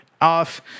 off